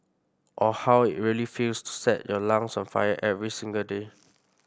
or how it really feels to set your lungs on fire every single day